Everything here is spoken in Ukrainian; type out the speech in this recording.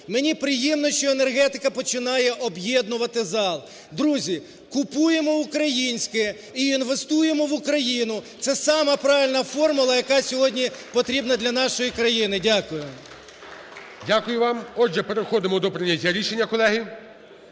Мені приємно, що енергетика починає об'єднувати зал. Друзі, купуємо українське і інвестуємо в Україну – це сама правильна формула, яка сьогодні потрібна для нашої країни. Дякую. ГОЛОВУЮЧИЙ. Дякую вам. Отже, переходимо до прийняття рішення, колеги.